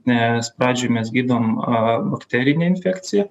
nes pradžioj mes gydom a bakterinę infekciją